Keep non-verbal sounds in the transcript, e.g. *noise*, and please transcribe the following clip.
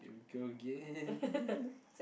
here we go again *laughs*